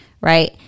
Right